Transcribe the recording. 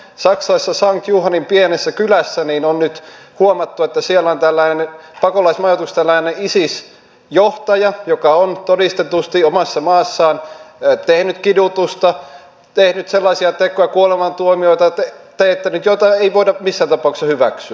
saksassa sankt johannin pienessä kylässä on nyt huomattu että siellä on pakolaismajoituksessa tällainen isis johtaja joka on todistetusti omassa maassaan tehnyt kidutusta teettänyt kuolemantuomioita ja tehnyt sellaisia tekoja joita ei voida missään tapauksessa hyväksyä